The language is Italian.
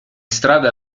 strada